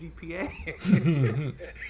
GPA